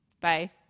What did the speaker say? Bye